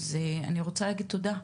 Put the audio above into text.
אני רוצה להגיד תודה.